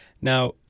now